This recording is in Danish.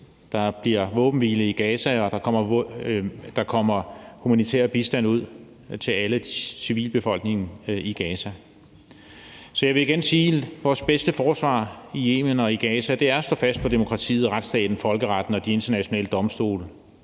der bliver våbenhvile i Gaza og der kommer humanitær bistand ud til alle i civilbefolkningen i Gaza. Så jeg vil igen sige: Vores bedste forsvar i Yemen og i Gaza er at stå fast på demokratiet og retsstaten, folkeretten og de internationale domstole.